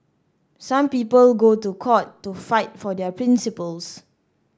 some people go to court to fight for their principles